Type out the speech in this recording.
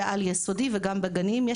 על יסודי וגם גנים.